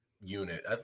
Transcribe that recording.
unit